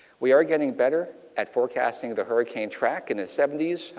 we are getting better at forecasting the hurricane track in the seventy s.